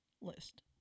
list